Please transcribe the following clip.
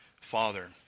Father